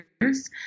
years